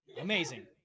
amazing